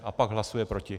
A pak hlasuje proti.